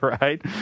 Right